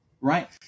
Right